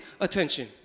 attention